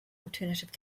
alternative